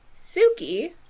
Suki